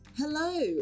Hello